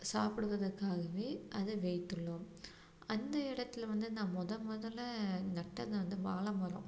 சாப்பிடுவதற்காகவே அதை வைத்துள்ளோம் அந்த இடத்துல வந்து நான் மொதல் முதல்ல நட்டது வந்து வாழை மரம்